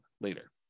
later